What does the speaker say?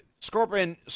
Scorpion